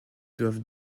doivent